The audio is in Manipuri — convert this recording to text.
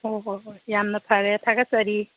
ꯍꯣꯏ ꯍꯣꯏ ꯍꯣꯏ ꯌꯥꯝꯅ ꯐꯔꯦ ꯊꯥꯒꯠꯆꯔꯤ